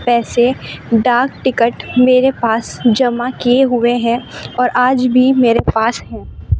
پیسے ڈاک ٹکٹ میرے پاس جمع کیے ہوئے ہیں اور آج بھی میرے پاس ہیں